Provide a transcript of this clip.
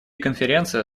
конференция